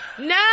No